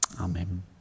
Amen